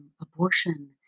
abortion